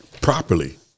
properly